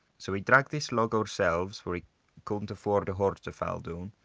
so we dragged this log ourselves, for we couldn't afford a horse to fall down.